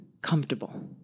comfortable